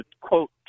quote